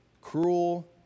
cruel